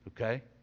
Okay